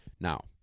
Now